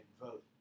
Vote